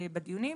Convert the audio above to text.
בדיונים.